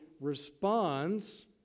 responds